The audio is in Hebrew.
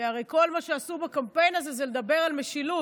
כי הרי כל מה שעשו בקמפיין הזה זה לדבר על משילות.